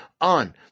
on